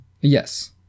Yes